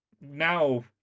now